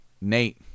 Nate